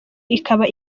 ikaba